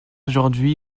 aujourd’hui